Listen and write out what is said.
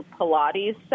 Pilates